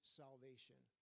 salvation